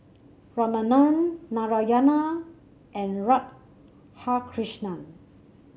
Ramanand Narayana and Radhakrishnan